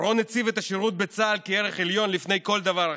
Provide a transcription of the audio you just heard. אורון הציב את השירות בצה"ל כערך עליון לפני כל דבר אחר,